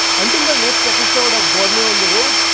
until the next episode of gourmet on the road.